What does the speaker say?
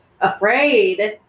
afraid